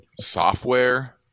software